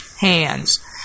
hands